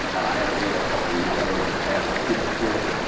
i had a bill a couple years ago that added kidscare.